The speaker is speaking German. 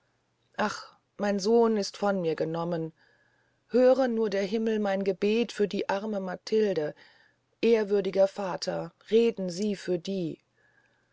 ach mein sohn ist von mir genommen höre nur der himmel mein gebet für die arme matilde ehrwürdiger vater reden sie für die